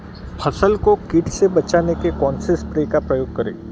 फसल को कीट से बचाव के कौनसे स्प्रे का प्रयोग करें?